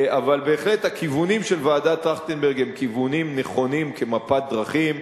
אבל בהחלט הכיוונים של ועדת-טרכטנברג הם כיוונים נכונים כמפת דרכים.